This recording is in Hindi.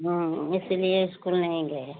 हाँ इसीलिए इस्कूल नहीं गए